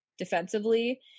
defensively